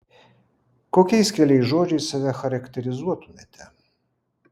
kokiais keliais žodžiais save charakterizuotumėte